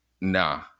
Nah